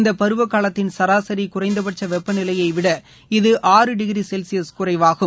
இந்த பருவ காலத்தின் சராசரி குறைந்தபட்ச வெப்ப நிலையைவிட இது ஆறு டிகிரி செல்ஸியஸ் குறைவாகும்